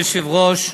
אדוני היושב-ראש,